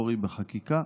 תודה.